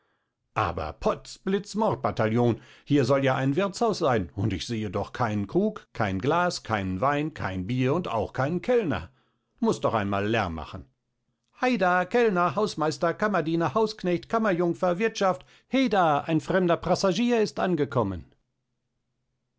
aber potz blitz mordbataillon hier soll ja ein wirthshaus sein und ich sehe doch keinen krug kein glas keinen wein kein bier und auch keinen kellner muß doch einmal lärm machen heida kellner hausmeister kammerdiener hausknecht kammerjungfer wirthschaft heda ein fremder prassagier ist angekommen